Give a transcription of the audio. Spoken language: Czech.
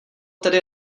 tedy